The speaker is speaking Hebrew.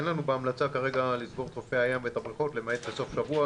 אין לנו בהמלצה כרגע לסגור את חופי הים ואת הבריכות למעט בסוף שבוע.